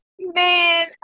Man